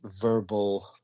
verbal